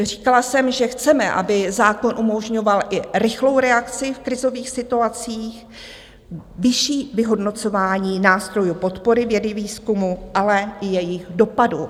Říkala jsem, že chceme, aby zákon umožňoval i rychlou reakci v krizových situacích, vyšší vyhodnocování nástrojů podpory vědy, výzkumu, ale i jejich dopadu.